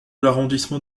l’arrondissement